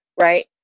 right